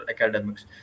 academics